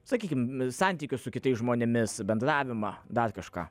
sakykim santykius su kitais žmonėmis bendravimą dar kažką